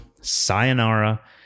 sayonara